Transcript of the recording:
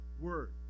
word